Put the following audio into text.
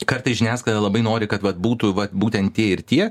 kartais žiniasklaida labai nori kad vat būtų vat būtent tie ir tie